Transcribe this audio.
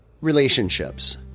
relationships